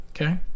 Okay